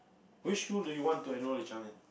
which school do you want to enroll your child in